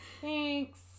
Thanks